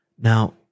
Now